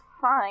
fine